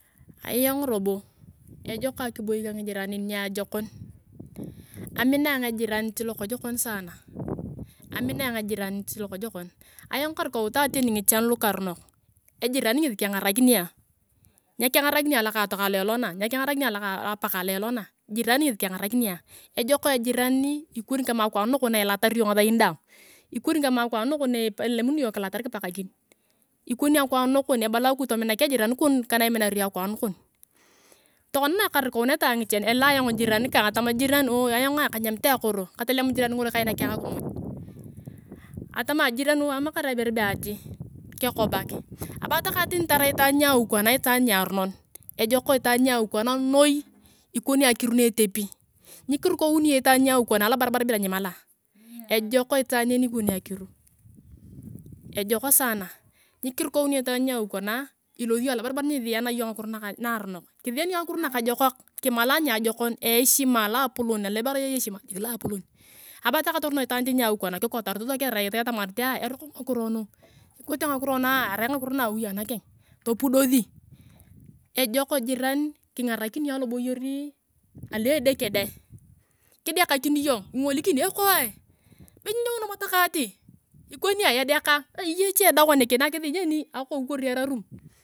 Ayong robo ejok akiboi ka ngiranin niajekon. Amina ayong ejiranit lokojokon saana amina ayong ejiranit lokojokon. Ayong akirauk ayong tani ngichan lukarunok ejiran ngesi kengarakini ayong nyekengarakini ayong lokatong lo elona nyekengarakini ayong apakang lo elona jiran ngesi kengarakini ayong ejok ejiranikoni kama akwaan nakon na ilatari iyong ngasai daang ikoni kama akwaan nakon na ilemuni iyong kilatar kipakakin ikoni akwaan nakon ebala akuj tominak ejiran kon kwa naiminar iyong akwaan nakon tokona nakarikauneta ayong ngichan elaa ayong jiran kanga tama jiran ayongaa kanyamit ayong akoro tolem jiran ngolo kainakea ayong akimuj atama ayong jiran amakar ayong ibore be ati kekobak karai takae itaan ni awi kana itaan niarunon, ejok itaan niaui kana noi ikoni akiru na etepi, nyikirukauni itaan nia awi kana a lobarabar bila ni mala ejok itaan ngini ikoni akiru. Nyikiri kauni iyong itaan nia awi kana ilosi iyong alobarabar nyisiena iyong ngakiro narunok kisiyani iyong ngakiro na ajokak kimalae niajekon eishima aloapolon alo aria eishima jik loapolon aria takae torono itaan niawi kana kikotarit sua ketamarit eroko ngakiro nuku ikote ngakiro nukua aria ngakiro aui anakeng topudosi ejok jiran kingarakini iyong aloboyer aloedeke deng kidekakin iyong ingolikini ekoe be nyenyeuno bo takae ati ikoniai edekaa eyei echee dawa neke nakisi nyoni akou kori erorum.